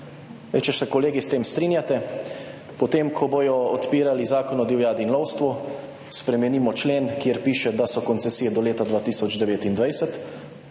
Zdaj, če se kolegi s tem strinjate, potem ko bodo odpirali Zakon o divjadi in lovstvu, spremenimo člen, kjer piše, da so koncesije do leta 2029,